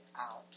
out